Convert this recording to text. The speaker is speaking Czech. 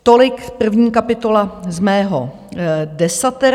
Tolik první kapitola z mého desatera.